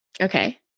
Okay